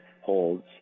holds